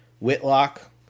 Whitlock